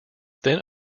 then